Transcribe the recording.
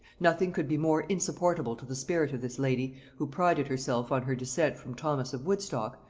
nothing could be more insupportable to the spirit of this lady, who prided herself on her descent from thomas of woodstock,